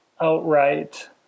outright